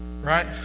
right